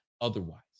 otherwise